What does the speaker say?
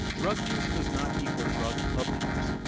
drug use does not equal drug abuse.